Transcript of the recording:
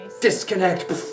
disconnect